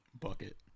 bucket